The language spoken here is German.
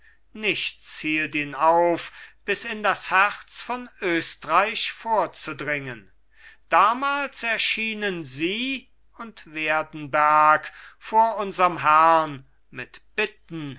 nichts hielt ihn auf bis in das herz von östreich vorzudringen damals erschienen sie und werdenberg vor unserm herrn mit bitten